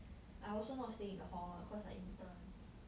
I also not staying in hall cause I intern